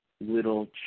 little